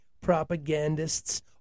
propagandists